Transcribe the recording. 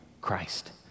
Christ